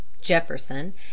jefferson